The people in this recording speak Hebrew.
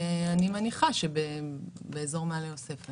אני מניחה שבאזור מעלה יוסף.